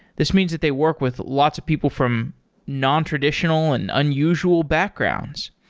this means that they work with lots of people from nontraditional and unusual backgrounds.